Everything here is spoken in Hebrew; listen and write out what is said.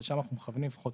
לשם אנחנו מכוונים לפחות